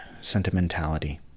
sentimentality